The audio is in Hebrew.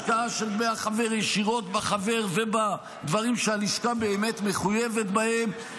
השקעה של דמי החבר ישירות בחבר ובדברים שהלשכה באמת מחויבת בהם,